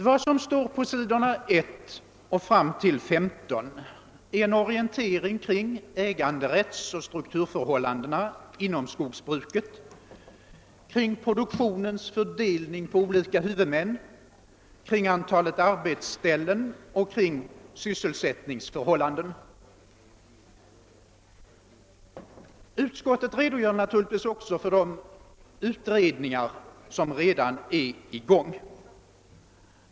Vad som står dessförinnan, på s. 1 och fram till s. 15, är en orientering kring äganderättsoch strukturförhållandena inom skogsbruket, kring produktionens fördelning på olika huvudmän, kring antalet arbetsställen och kring sysselsättningsförhållanden. Utskottet redogör naturligtvis också för de utredningar som redan är i gång.